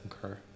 concur